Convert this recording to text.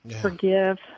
forgive